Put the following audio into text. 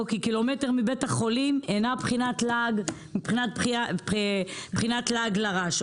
כקילומטר מבית החולים הינה בבחינת לעג לרש.